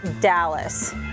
Dallas